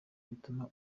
bituma